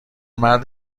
مرد